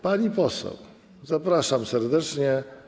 Pani poseł, zapraszam serdecznie.